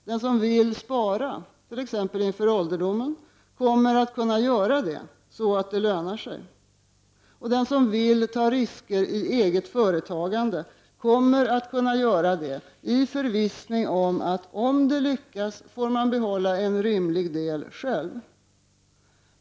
Den som vill spara, t.ex. inför ålderdomen, kommer att kunna göra det — så att det lönar sig. Den som vill ta risker i eget företagande kommer att kunna göra det i förvissning om att om det lyckas får man behålla en rimlig del själv.